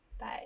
Bye